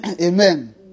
Amen